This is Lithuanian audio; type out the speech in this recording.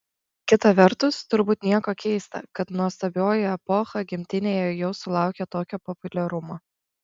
kita vertus turbūt nieko keista kad nuostabioji epocha gimtinėje jau sulaukė tokio populiarumo